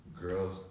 Girls